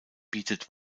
bietet